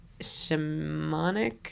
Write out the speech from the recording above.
Shamanic